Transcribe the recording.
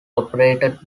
operated